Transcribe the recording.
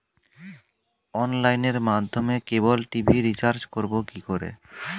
অনলাইনের মাধ্যমে cable TV recharge করব কি করে?